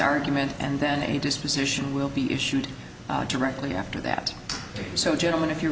argument and then any disposition will be issued directly after that so gentlemen if you re